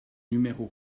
numéro